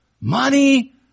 money